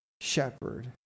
shepherd